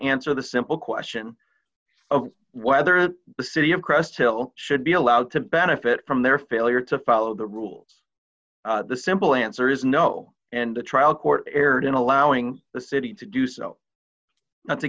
answer the simple question of whether the city of press hill should be allowed to benefit from their failure to follow the rules the simple answer is no and the trial court erred in allowing the city to do so not to